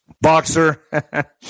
Boxer